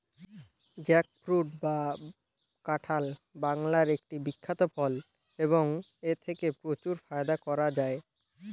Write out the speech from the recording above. jackfruit বা কাঁঠাল বাংলার একটি বিখ্যাত ফল এবং এথেকে প্রচুর ফায়দা করা য়ায়